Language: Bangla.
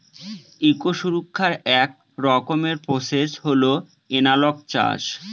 ইকো সুরক্ষার এক রকমের প্রসেস হল এনালগ চাষ